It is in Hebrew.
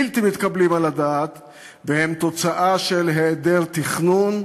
בלתי מתקבלים על הדעת והם תוצאה של היעדר תכנון,